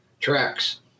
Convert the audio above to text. tracks